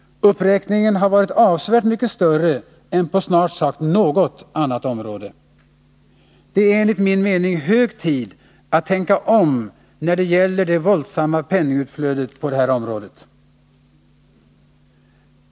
Uppräkningen har varit avsevärt mycket större än på snart sagt något annat område. Det är enligt min mening hög tid att tänka om när det gäller det våldsamma penningutflödet på det här området.